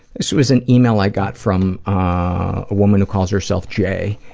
this was an email i got from ah a woman who calls herself j,